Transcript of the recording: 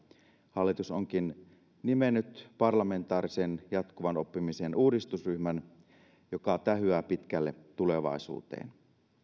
hallitus onkin nimennyt parlamentaarisen jatkuvan oppimisen uudistusryhmän joka tähyää pitkälle tulevaisuuteen